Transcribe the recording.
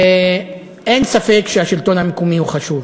אין ספק שהשלטון המקומי הוא חשוב,